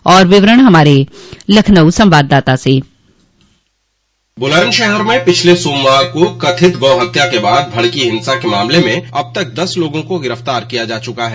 और विवरण हमारे लखनऊ संवाददाता से बुलंदशहर में पिछले सोमवार को कथित गौ हत्या के बाद भड़की हिंसा के मामले में अब तक दस लोगों को गिरफ्तार किया गया है